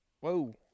Whoa